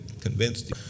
convinced